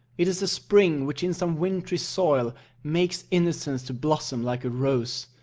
it is the spring which in some wintry soil makes innocence to blossom like a rose.